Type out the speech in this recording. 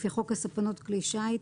לפי חוק הספנות (כלי שיט),